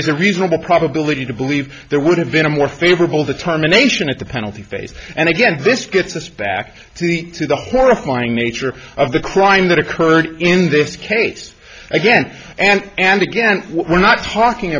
is a reasonable probability to believe there would have been a more favorable the terminations at the penalty phase and again this gets us back to the horrifying nature of the crime that occurred in this case again and and again we're not talking